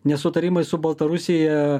nesutarimai su baltarusija